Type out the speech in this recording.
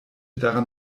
daran